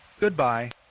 Goodbye